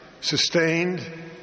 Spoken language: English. Sustained